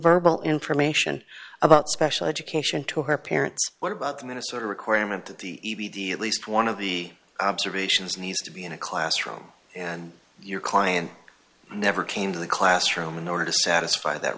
verbal information about special education to her parents what about the minnesota requirement that the abt at least one of the observations needs to be in a classroom and your client never came to the classroom in order to satisfy that